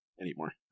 anymore